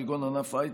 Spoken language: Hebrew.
כגון ענף ההייטק,